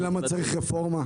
אם לא, פחות מזה.